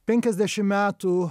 penkiasdešim metų